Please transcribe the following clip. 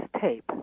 tape